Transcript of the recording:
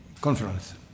conference